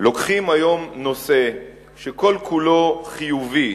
לוקחים היום נושא שכל-כולו חיובי,